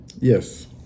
Yes